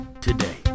today